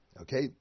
Okay